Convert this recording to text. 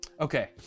Okay